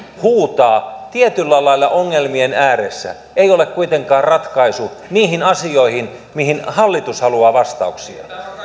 huutaa tietyllä lailla ongelmien ääressä ei ole kuitenkaan ratkaisu niihin asioihin mihin hallitus haluaa vastauksia